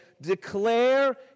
Declare